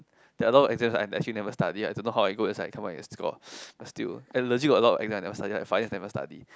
there are a lot of exam I actually study I don't know how I go inside come out and still got but still I legit got a lot exam I never study like five years never study